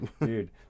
Dude